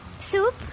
Soup